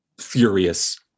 furious